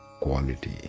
quality